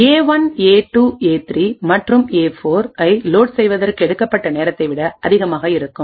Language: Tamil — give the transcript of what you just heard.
ஏ1ஏ2ஏ3 மற்றும் ஏ4ஐ லோட் செய்வதற்கு எடுக்கப்பட்ட நேரத்தைவிட அதிகமாக இருக்கும்